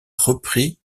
repris